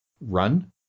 run